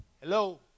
Hello